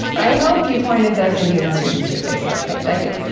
i hope you pointed those indian students to your facebook page. i do.